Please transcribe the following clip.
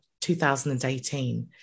2018